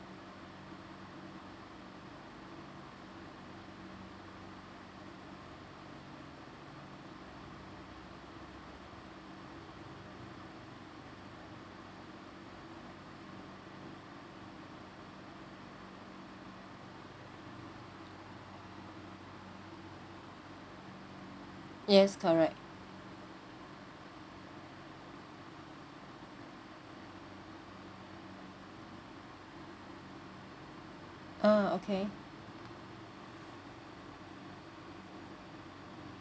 yes correct ah okay